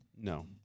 No